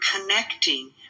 connecting